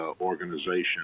organization